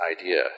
idea